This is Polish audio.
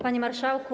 Panie Marszałku!